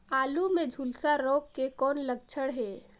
आलू मे झुलसा रोग के कौन लक्षण हे?